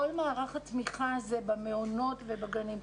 כלל מערך התמיכה הזה במעונות ובגנים.